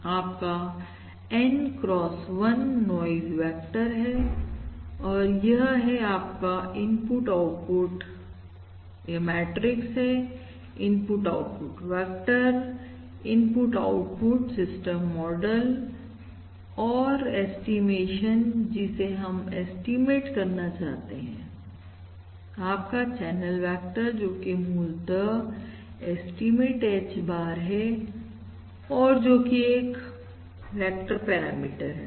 आपका N x 1 noise vector है और यह है आपका इनपुट आउटपुट यह मैट्रिक्स है input output vector input output system model और ऐस्टीमेशन जिसे हम एस्टीमेट करना चाहते हैं आपका चैनल वेक्टर जोकि मूलतः एस्टीमेट H bar है जो कि एक वेक्टर पैरामीटर है